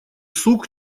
сук